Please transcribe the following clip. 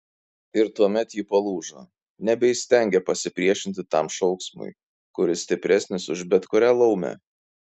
ir tuomet ji palūžo nebeįstengė pasipriešinti tam šauksmui kuris stipresnis už bet kurią laumę